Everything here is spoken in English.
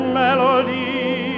melody